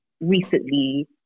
recently